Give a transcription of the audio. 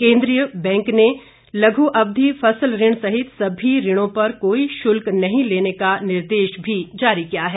केन्द्रीय बैंक ने लघु अवधि फसल ऋण सहित सभी ऋणों पर कोई शुल्क नहीं लेने का निर्देश जारी किया गया है